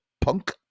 punk